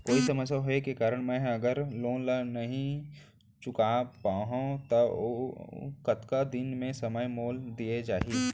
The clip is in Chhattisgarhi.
कोई समस्या होये के कारण मैं हा अगर लोन ला नही चुका पाहव त अऊ कतका दिन में समय मोल दीये जाही?